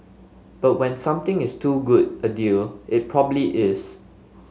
but when something is too good a deal it probably is